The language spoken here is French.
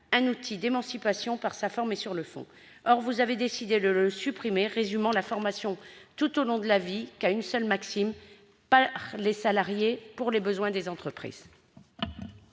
un outil d'émancipation par sa forme et sur le fond. Or, madame la ministre, vous avez décidé de le supprimer, ne résumant la formation tout au long de la vie qu'à une seule maxime :« par les salariés, pour les besoins des entreprises